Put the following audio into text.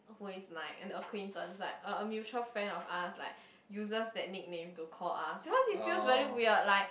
who is like an acquaintance like a a mutual friend of us like uses that nickname to call us because it feels very weird like